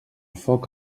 foc